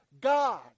God